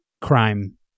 crime